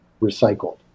recycled